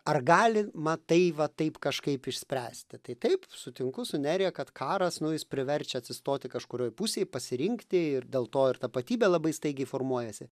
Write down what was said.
ar galima tai va taip kažkaip išspręsti tai taip sutinku su nerija kad karas nu jis priverčia atsistoti kažkurioj pusėj pasirinkti ir dėl to ir tapatybė labai staigiai formuojasi